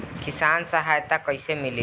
किसान सहायता कईसे मिली?